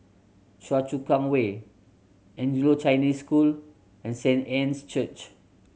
Choa Chu Kang Way Anglo Chinese School and Saint Anne's Church